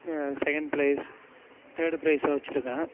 second prize third ப்ரைஸாக வச்சுருக்கேன்